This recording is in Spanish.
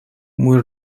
muy